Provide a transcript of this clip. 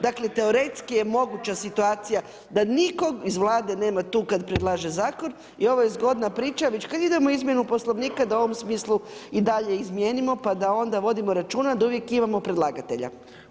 Dakle, teoretski je moguća situacija da nikoga iz Vlade nema tu kad predlaže Zakon i ovo je zgodna priča, kad već idemo u izmjenu Poslovnika da u ovom smislu i dalje izmijenimo pa da onda vodimo računa da uvijek imamo predlagatelja.